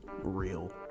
Real